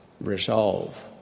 resolve